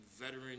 veteran